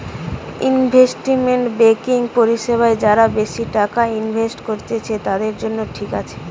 investment banking পরিষেবা যারা বেশি টাকা ইনভেস্ট করত্তিছে, তাদের জন্য ঠিক আছে